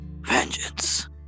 Vengeance